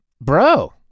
Bro